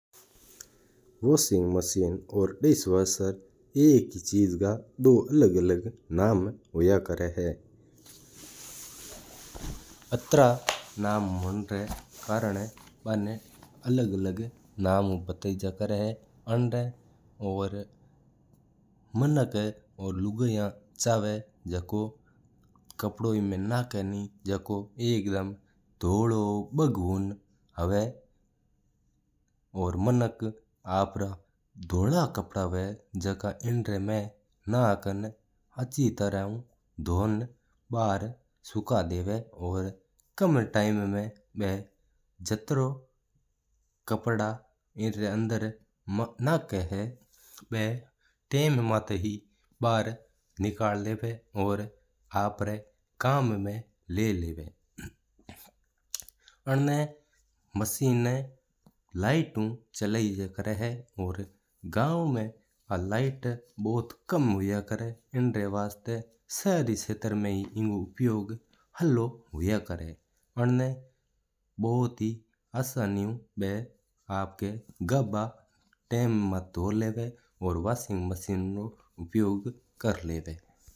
Washing machine और dishwasher एक ही चीज़ का दो अलग अलग काम होया करा है। अत्रा काम हुआ कि बना अलग अलग नाम उ बताइजा है। मिनक जो चाहवा है और जदों कपड़ों धुपावणो चाहवा है वो आ मशीन कर देवा है। मानक ना जो कपड़ा धोवणो हुआ बा कपड़ा इनमा ढक्कन दे री डाल अण पछ डाल देवा हाय। बा आची तरह हू धोरा बारा निकाल देवा है बा कम टाइम में हालो काम क्र्या है और टाइम ना भी बचाया करा है कि किकर काम हुआ है।